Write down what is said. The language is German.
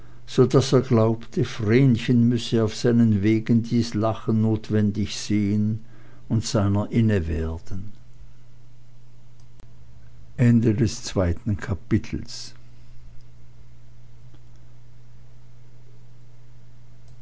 so daß er glaubte vrenchen müsse auf seinen wegen dies lachen notwendig sehen und seiner innewerden